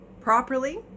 properly